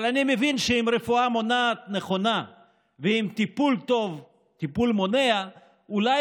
אבל אני מבין שעם רפואה מונעת נכונה ועם טיפול מונע טוב אולי,